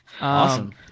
awesome